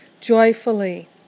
joyfully